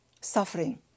suffering